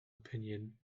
opinion